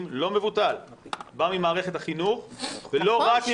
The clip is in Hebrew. בא ממערכת החינוך ולא רק --- נכון.